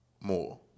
more